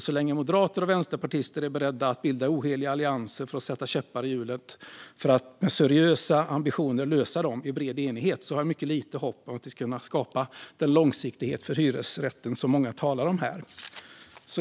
Så länge moderater och vänsterpartister är beredda att bilda oheliga allianser för att sätta käppar i hjulet för att med seriösa ambitioner lösa dessa problem i bred enighet har jag mycket litet hopp om att vi ska kunna skapa den långsiktighet för hyresrätten som många talar om här.